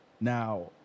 now